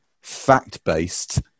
fact-based